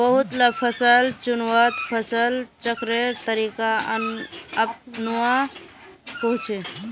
बहुत ला फसल चुन्वात फसल चक्रेर तरीका अपनुआ कोह्चे